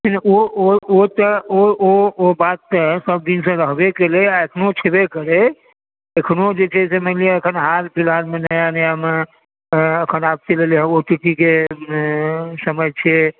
लेकिन ओ ओ तऽ ओ बात तऽ सभ दिनसंँ रहबे कयलै आ अखनो छेबे करै अखनो जे छै मानि लिअ कि अखन हाल फिलहालमे नया नयामे अखन आब चलि एलै हँ ओ छिकै की समय छियै